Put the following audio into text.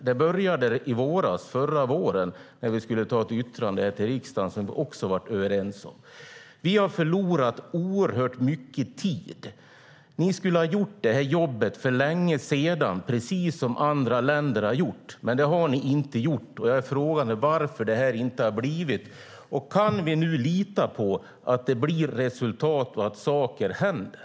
Det började förra våren när vi skulle ta ett yttrande till riksdagen som vi också var överens om. Vi har förlorat oerhört mycket tid. Ni skulle ha gjort det här jobbet för länge sedan, precis som andra länder har gjort. Men det har ni inte gjort. Jag frågar mig varför det här inte har blivit av. Kan vi nu lita på att det blir resultat och att saker händer?